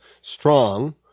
strong